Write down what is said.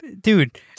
dude